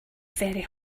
very